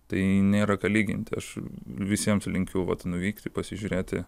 tai nėra ką lyginti aš visiems linkiu vat nuvykti pasižiūrėti